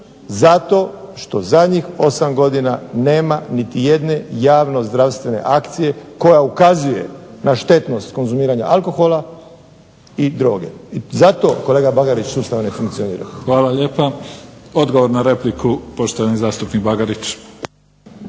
Zato što zadnjih 8 godina nema niti jedne javno zdravstvene akcije koja ukazuje na štetnost konzumiranja alkohola i droge. I zato kolega Bagarić sustav ne funkcionira. **Mimica, Neven (SDP)** Hvala lijepa. Odgovor na repliku poštovani zastupnik Bagarić.